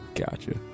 Gotcha